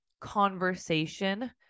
conversation